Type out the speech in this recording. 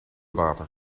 water